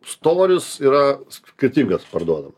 storis yra skirtingas parduodamų